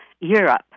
Europe